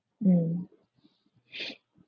mm